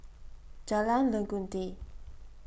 Jalan Legundi